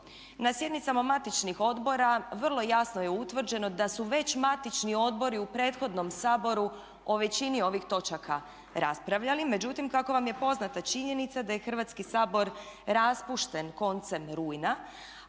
Na sjednicama matičnih odbora vrlo jasno je utvrđeno da su već matični odbori u prethodnom Saboru o većini ovih točaka raspravljali, međutim kako vam je poznata činjenica da je Hrvatski sabor raspušten koncem rujna